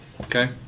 Okay